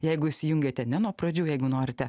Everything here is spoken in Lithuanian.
jeigu įsijungiate ne nuo pradžių jeigu norite